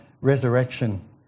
resurrection